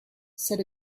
said